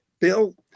Bill